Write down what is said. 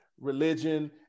religion